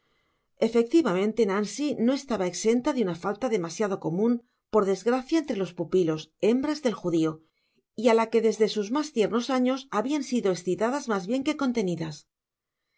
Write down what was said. efectivamente nancy no estaba exenta de una falta demasiado comun por desgracia entre los pupilos hembras del judio y á la que desde sus mas tiernos años habian sido escitadas mas bien que contenidas